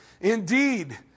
Indeed